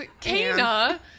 Kana